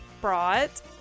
brought